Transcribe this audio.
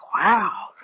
wow